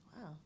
Wow